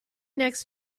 next